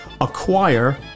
acquire